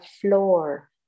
floor